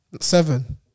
seven